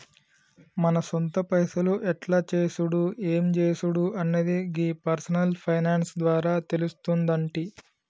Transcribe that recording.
మన సొంత పైసలు ఎట్ల చేసుడు ఎం జేసుడు అన్నది గీ పర్సనల్ ఫైనాన్స్ ద్వారా తెలుస్తుందంటి